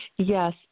Yes